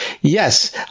yes